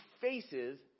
faces